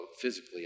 physically